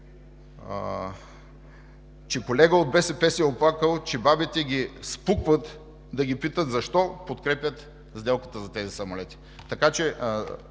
- колега от БСП се е оплакал, че бабите ги спукват да ги питат защо подкрепят сделката за тези самолети. Така че